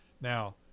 Now